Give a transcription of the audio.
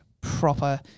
proper